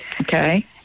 Okay